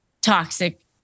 toxic